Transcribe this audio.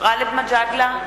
גאלב מג'אדלה,